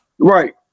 Right